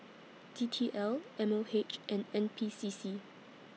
D T L M O H and N P C C